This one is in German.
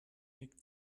nickt